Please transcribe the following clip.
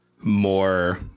more